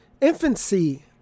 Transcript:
infancy